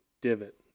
divot